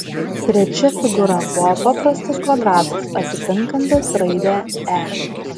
trečia figūra buvo paprastas kvadratas atitinkantis raidę e